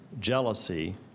jealousy